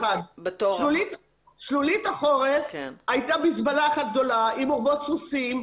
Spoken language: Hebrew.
שלולית החורף הייתה מזבלה אחת גדולה עם אורוות סוסים,